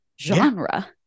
genre